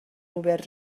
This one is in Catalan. oberts